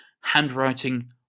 Handwriting